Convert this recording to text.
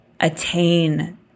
attain